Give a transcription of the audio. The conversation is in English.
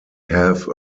have